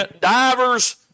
divers